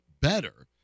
better